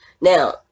Now